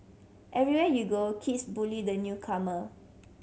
everywhere you go kids bully the newcomer